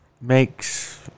makes